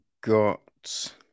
got